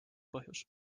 põhjus